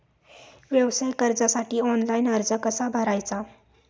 व्यवसाय कर्जासाठी ऑनलाइन अर्ज कसा भरायचा?